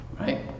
Right